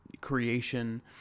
creation